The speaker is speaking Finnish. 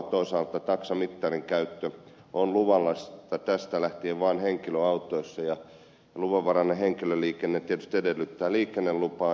toisaalta taksamittarin käyttö on luvallista tästä lähtien vain henkilöautoissa ja luvanvarainen henkilöliikenne tietysti edellyttää liikennelupaa